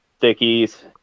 stickies